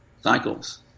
cycles